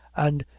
and,